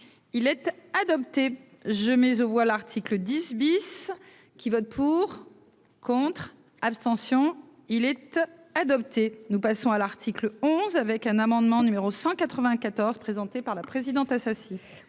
il être adopté je mets aux voix, l'article 10 bis qui vote pour, contre, abstention-il être adopté, nous passons à l'article 11 avec un amendement numéro 194 présenté par la présidente.